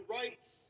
rights